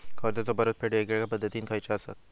कर्जाचो परतफेड येगयेगल्या पद्धती खयच्या असात?